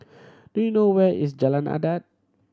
do you know where is Jalan Adat